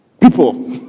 people